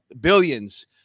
Billions